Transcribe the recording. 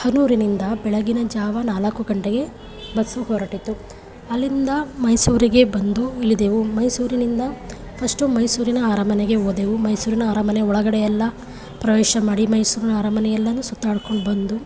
ಹನೂರಿನಿಂದ ಬೆಳಗ್ಗಿನ ಜಾವ ನಾಲ್ಕು ಗಂಟೆಗೆ ಬಸ್ಸು ಹೊರಟಿತು ಅಲ್ಲಿಂದ ಮೈಸೂರಿಗೆ ಬಂದು ಇಳಿದೆವು ಮೈಸೂರಿನಿಂದ ಫಸ್ಟು ಮೈಸೂರಿನ ಅರಮನೆಗೆ ಹೋದೆವು ಮೈಸೂರಿನ ಅರಮನೆ ಒಳಗಡೆಯೆಲ್ಲ ಪ್ರವೇಶ ಮಾಡಿ ಮೈಸೂರು ಅರಮನೆ ಎಲ್ಲನೂ ಸುತ್ತಾಡ್ಕೊಂಡು ಬಂದು